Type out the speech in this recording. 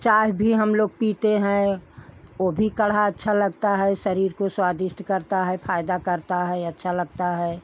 चाय भी हम लोग पीते हैं ओ भी कढ़ा अच्छा लगता है शरीर को स्वादिष्ट करता है फायदा करता है अच्छा लगता है